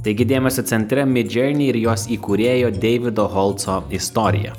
taigi dėmesio centre midjourney ir jos įkūrėjo deivido holtso istorija